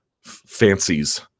fancies